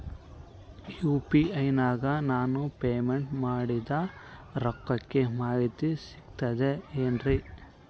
UPI ನಾಗ ನಾನು payment ಮಾಡಿದ ರೊಕ್ಕದ ಮಾಹಿತಿ ಸಿಕ್ತದೆ ಏನ್ರಿ?